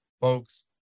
folks